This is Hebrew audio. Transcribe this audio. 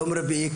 יום רביעי,